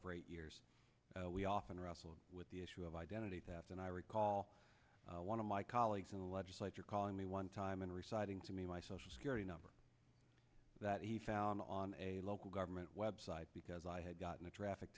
for eight years we often wrestle with the issue of identity theft and i recall one of my colleagues in the legislature calling me one time and reciting to me my social security number that he found on a local government website because i had gotten a traffic